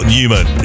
Newman